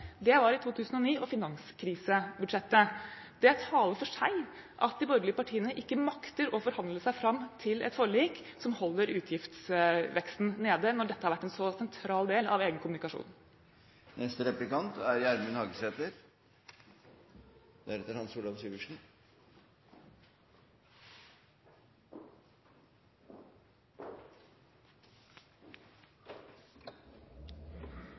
det var i 2009, med finanskrisebudsjettet. Det taler for seg at de borgerlige partiene ikke makter å forhandle seg fram til et forlik som holder utgiftsveksten nede, når dette har vært en så sentral del av egen kommunikasjon. I Arbeidarpartiet sitt alternative statsbudsjett er